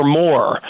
more